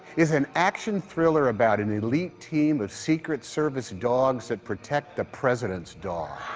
is an action thriller about an elite team of secret service dogs that protect the president's dog.